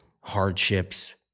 hardships